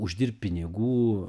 uždirbt pinigų